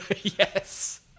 Yes